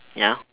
ya